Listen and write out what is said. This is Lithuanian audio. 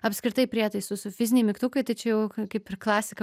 apskritai prietaisų su fiziniai mygtukai tai čia jau ka kaip ir klasika